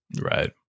Right